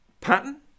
pattern